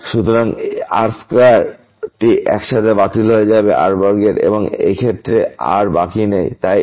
সুতরাং এই r স্কয়ারটি এইসাথে বাতিল হয়ে যাবে r2 বর্গের এবং এই ক্ষেত্রে কোনr বাকি নেই তাই এটি